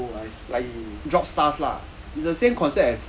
cool I see